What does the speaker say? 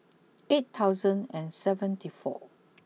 eight thousand and seventy four